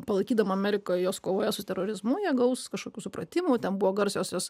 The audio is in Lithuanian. palaikydama ameriką jos kovoja su terorizmu jie gaus kažkokių supratimų ten buvo garsiosios